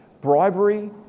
Bribery